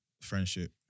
friendship